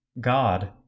God